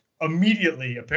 immediately